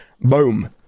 boom